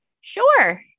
Sure